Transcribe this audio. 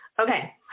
okay